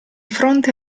fronte